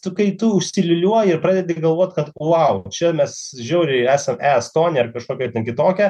tu kai tu užsiliūliuoji ir pradedi galvot kad vau čia mes žiauriai esa e estonija ar kažkokia ten kitokia